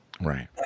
right